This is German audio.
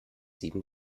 sieben